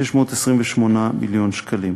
628 מיליון שקלים.